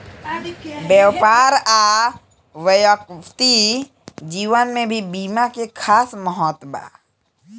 व्यापार आ व्यक्तिगत जीवन में भी बीमा के खास महत्व बा